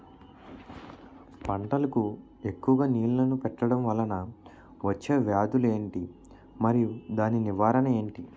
పంటలకు ఎక్కువుగా నీళ్లను పెట్టడం వలన వచ్చే వ్యాధులు ఏంటి? మరియు దాని నివారణ ఏంటి?